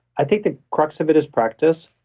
i think the crux of it is practice.